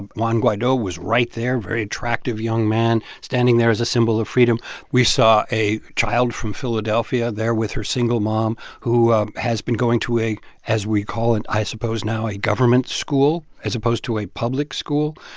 juan guaido was right there, very attractive young man standing there as a symbol of freedom we saw a child from philadelphia there with her single mom who has been going to a as we call it, i suppose, now a government school as opposed to a public school.